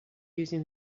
using